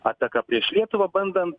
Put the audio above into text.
ataka prieš lietuvą bandant